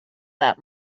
that